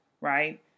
right